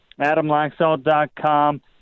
Adamlaxalt.com